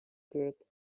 group